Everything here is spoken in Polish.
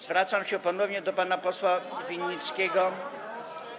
Zwracam się ponownie do pana posła Winnickiego.